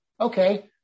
okay